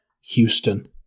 Houston